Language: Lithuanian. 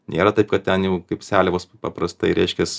nėra taip kad ten jau kaip seliavos paprastai reiškias